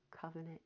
covenant